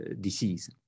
disease